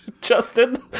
Justin